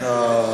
אוי.